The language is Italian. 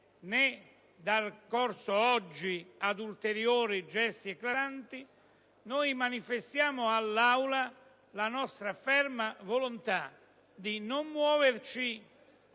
dar corso oggi ad ulteriori gesti eclatanti, manifestiamo all'Assemblea la nostra ferma volontà di non muoverci